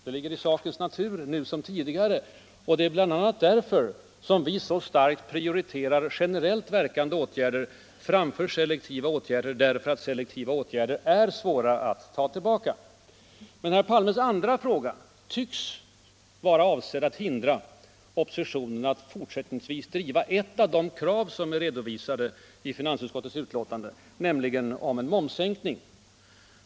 Det ligger i sakens natur nu som tidigare, och det är bl.a. därför som vi så starkt prioriterar generellt verkande åtgärder framför selektiva åtgärder. Selektiva åtgärder är nämligen svåra att ta tillbaka. Men herr Palmes andra fråga tycks vara avsedd att hindra oppositionen från att fortsättningsvis driva ett av de krav som är redovisade i finansutskottets betänkande, nämligen en momssänkning.